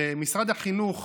שמשרד החינוך